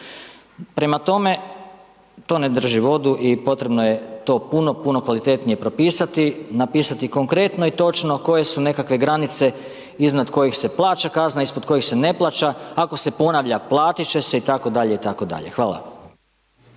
Prema tome, to ne drži vodu i potrebno je to puno puno kvalitetnije propisati, napisati konkretno i točno koje su nekakve granice iznad kojih se plaća kazna, ispod kojih se ne plaća, ako se ponavlja, platiti će se itd., itd.